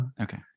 okay